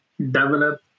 develop